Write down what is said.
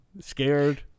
Scared